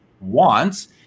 wants